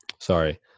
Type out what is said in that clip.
sorry